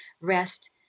rest